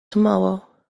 tomorrow